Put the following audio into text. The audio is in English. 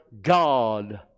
God